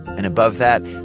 and above that,